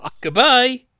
Goodbye